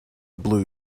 blue